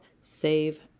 save